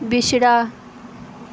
बिछड़ा